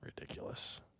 Ridiculous